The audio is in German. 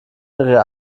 ihrer